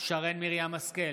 שרן מרים השכל,